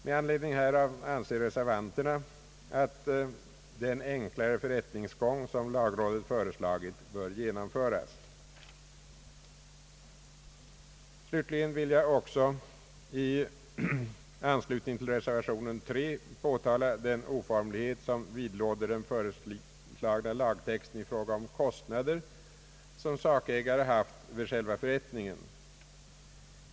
Med anledning härav anser reservanterna att den enklare förrättningsgång som lagrådet föreslagit bör genomföras. Slutligen vill jag också i anslutning till reservationen III påtala den oformlighet, som vidlåter den föreslagna lagtexten i fråga om kostnader som sakägare haft vid själva förrättningen.